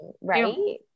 right